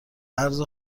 ارز